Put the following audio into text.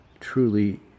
truly